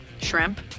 Shrimp